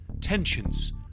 tensions